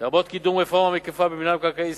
לרבות קידום רפורמה מקיפה במינהל מקרקעי ישראל,